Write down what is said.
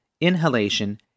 inhalation